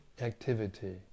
activity